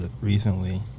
recently